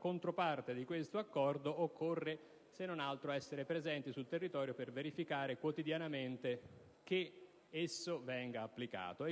controparte di questo Accordo, occorre, se non altro, essere presenti sul territorio per verificare quotidianamente che esso venga applicato.